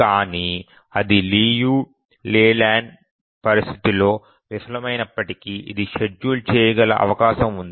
కానీ అది లియు లేలాండ్ పరిస్థితిలో విఫలమైనప్పటికీ అది షెడ్యూల్ చేయగల అవకాశం ఉంది